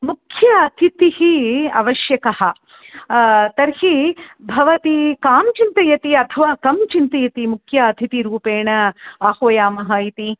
मुख्य अतिथिः आवश्यकः तर्हि भवती कां चिन्तयती अथवा कं चिन्तयति मुख्य अतिथिरूपेण आह्वयामः इति